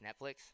Netflix